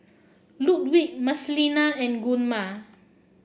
Ludwig Marcelina and Gunnar